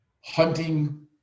hunting